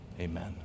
Amen